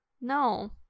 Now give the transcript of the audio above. No